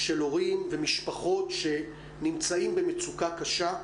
של הורים ומשפחות שנמצאות במצוקה קשה,